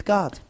God